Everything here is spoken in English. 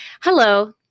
Hello